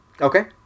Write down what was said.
okay